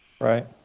right